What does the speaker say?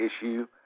issue